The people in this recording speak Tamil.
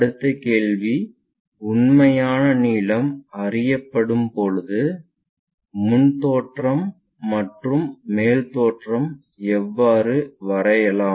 அடுத்த கேள்வி உண்மையான நீளம் அறியப்படும் போது முன் தோற்றம் மற்றும் மேல் தோற்றம் எவ்வாறு வரையலாம்